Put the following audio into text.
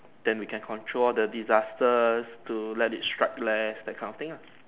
then we can control the disasters to let it strike less that kind of thing ah